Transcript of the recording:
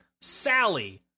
sally